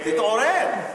תתעורר.